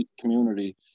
community